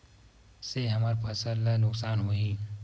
से हमर फसल ला नुकसान होही?